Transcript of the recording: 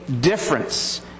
difference